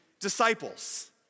disciples